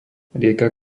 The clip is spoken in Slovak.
rieka